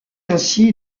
ainsi